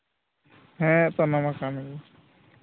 ᱦᱮᱸ ᱮᱱᱛᱮᱫ ᱚᱱᱟᱢᱟ ᱠᱟᱱ ᱜᱮᱭᱟ